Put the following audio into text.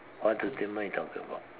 what entertainment are you talking about